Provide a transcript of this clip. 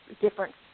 different